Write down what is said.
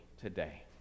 today